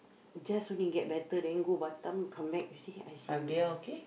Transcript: just only get better then go Batam come back you see I_C_U